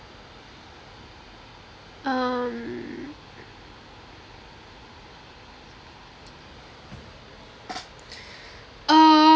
um